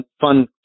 fun